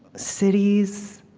cities,